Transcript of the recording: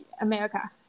America